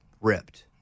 ripped